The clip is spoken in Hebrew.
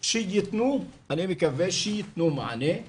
שאני מקווה שיתנו מענה.